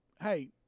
hey